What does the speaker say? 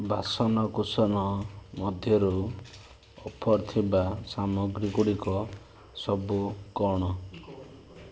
ବାସନକୁସନ ମଧ୍ୟରୁ ଅଫର୍ ଥିବା ସାମଗ୍ରୀ ଗୁଡ଼ିକ ସବୁ କ'ଣ